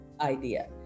idea